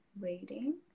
waiting